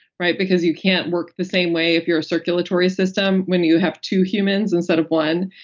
right because you can't work the same way if you're a circulatory system when you have two humans instead of one.